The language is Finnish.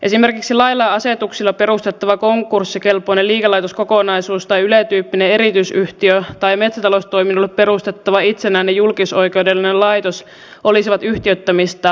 esimerkiksi lailla ja asetuksilla perustettava konkurssikelpoinen liikelaitoskokonaisuus tai yle tyyppinen erityisyhtiö tai metsätaloustoiminnoille perustettava itsenäinen julkisoikeudellinen laitos olisivat yhtiöittämistä parempia vaihtoehtoja